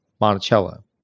Monticello